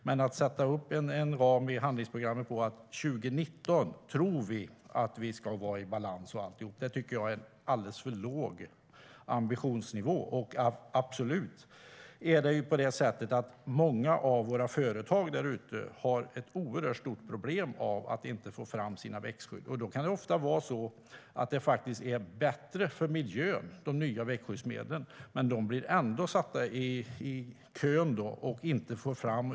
Men att sätta upp 2019 som en ram i handlingsprogrammet för när vi tror att vi ska vara i balans tycker jag är en alldeles för låg ambitionsnivå. Många av våra företag där ute har ett oerhört stort problem för att de inte får fram sina växtskydd. Ofta kan de nya växtskyddsmedlen faktiskt vara bättre för miljön, men de blir ändå ställda i kö och kommer inte fram.